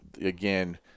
again